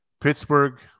Pittsburgh